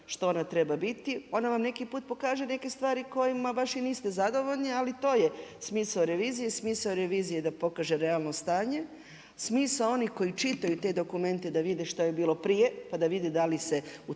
Što ona treba biti. Ona vam neki put pokaže neke stvari kojima baš i niste zadovoljni, ali i to je smisao revizije i smisao revizije da pokaže da imamo stanje. Smisao onih koji čitaju te dokumente da vide što je bilo prije, pa da vide da li se u